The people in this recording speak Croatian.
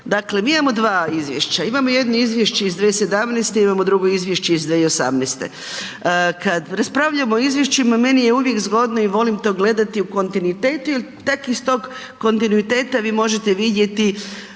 Dakle, mi imamo dva izvješća, imamo jedno izvješće iz 2017., imamo drugo izvješće iz 2018. Kad raspravljamo o izvješćima, meni je uvijek zgodno i volim to gledati u kontinuitetu jer tek iz tog kontinuiteta vi možete vidjeti